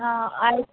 ಹಾಂ ಆಯ್ತು